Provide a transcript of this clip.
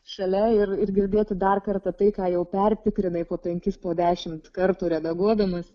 šalia ir ir girdėti dar kartą tai ką jau pertikrinau po penkis po dešimt kartų redaguodamas